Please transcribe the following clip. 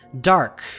dark